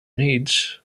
needs